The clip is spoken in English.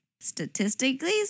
statistically